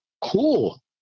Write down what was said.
Cool